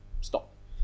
stop